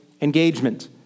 engagement